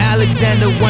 Alexander